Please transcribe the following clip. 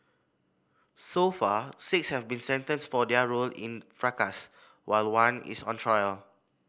so far six have been sentenced for their role in fracas while one is on trial